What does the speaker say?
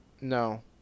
no